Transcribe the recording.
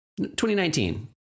2019